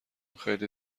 خیلی